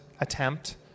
attempt